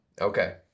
Okay